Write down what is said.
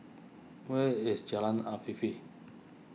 where is Jalan Afifi